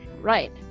Right